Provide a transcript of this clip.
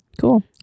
Cool